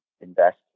invest